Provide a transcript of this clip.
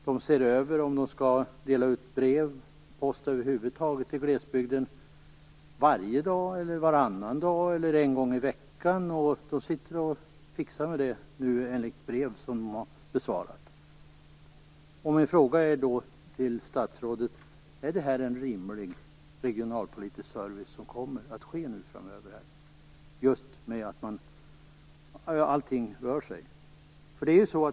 Man ser över om man över huvud taget skall dela ut post i glesbygden och om den skall delas ut varje dag, varannan dag eller en gång i veckan. Enligt ett svar på ett brev är det detta som man sysslar med. Min fråga till statsrådet är då: Är det en rimlig regionalpolitisk service som kommer att erbjudas framöver?